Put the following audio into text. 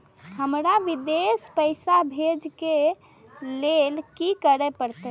हमरा विदेश पैसा भेज के लेल की करे परते?